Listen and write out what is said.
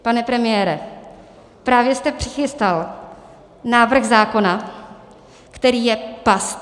Pane premiére, právě jste přichystal návrh zákona, který je past.